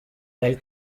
del